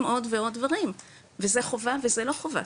עוד ועוד דברים וזה חובה וזה לא חובה,